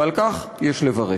ועל כך יש לברך.